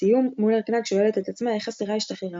בסיום מולר קנאג שואלת את עצמה איך הסירה השתחררה